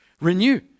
Renew